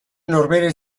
norbere